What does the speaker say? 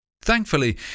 Thankfully